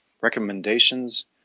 recommendations